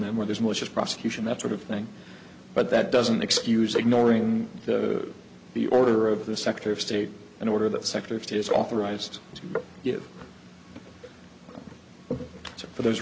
them where there's malicious prosecution that sort of thing but that doesn't excuse ignoring the the order of the secretary of state in order that sector it is authorized